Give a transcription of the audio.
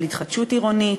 על התחדשות עירונית,